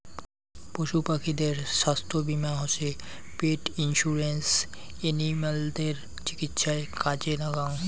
পশু পাখিদের ছাস্থ্য বীমা হসে পেট ইন্সুরেন্স এনিমালদের চিকিৎসায় কাজে লাগ্যাঙ